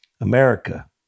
America